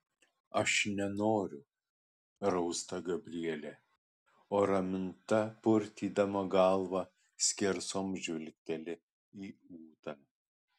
aš nenoriu rausta gabrielė o raminta purtydama galvą skersom žvilgteli į ūtą